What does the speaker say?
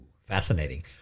Fascinating